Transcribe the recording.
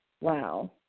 wow